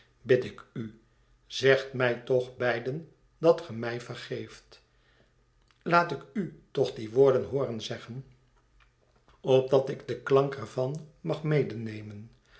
bid ik u zegt mij toch beiden dat ge my vergeeft laat ik u toch die woorden hooren zeggen opdat ik den klank er van mag